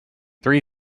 three